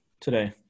today